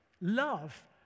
Love